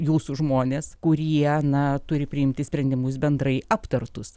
jūsų žmonės kuriem na turi priimti sprendimus bendrai aptartus